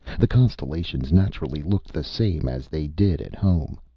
the constellations naturally looked the same as they did at home.